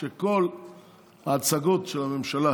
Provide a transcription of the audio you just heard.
שכל ההצגות של הממשלה